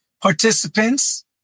participants